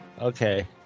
okay